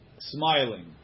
smiling